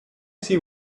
see